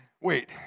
Wait